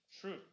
True